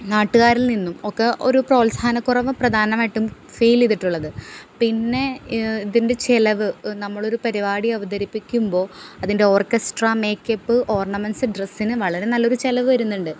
നാട്ടുകാരിൽ നിന്നും ഒക്കെ ഒരു പ്രോത്സാഹനക്കുറവ് പ്രധാനമായിട്ടും ഫീല് ചെയ്തിട്ടുള്ളത് പിന്നെ ഇതിൻ്റെ ചെലവ് നമ്മളൊരു പരിപാടി അവതരിപ്പിക്കുമ്പോള് അതിൻ്റെ ഓർക്കസ്ട്ര മേക്കപ്പ് ഓർണമെൻറ്റ്സ് ഡ്രസിന് വളരെ നല്ലൊരു ചെലവ് വരുന്നുണ്ട്